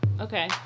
Okay